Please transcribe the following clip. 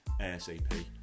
ASAP